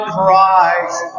Christ